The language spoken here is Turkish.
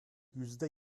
yüzde